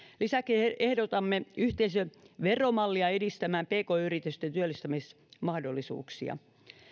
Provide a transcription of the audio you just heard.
lisäksi ehdotamme yhteisöveromallia edistämään pk yritysten työllistämismahdollisuuksia